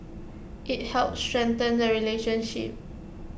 IT helps strengthen the relationship